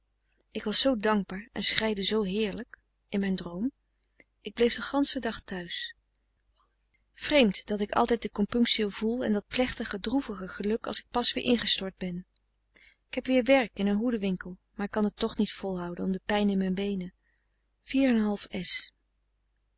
ik was zoo dankbaar en schreide zoo heerlijk in mijn droom ik bleef den ganschen dag thuis vreemd dat ik altijd de compunctio voel en dat plechtige droevige geluk als ik pas weer ingestort ben ik heb weer werk in een hoeden winkel maar ik kan t toch niet volhouden om de pijn in mijn beenen